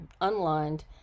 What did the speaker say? unlined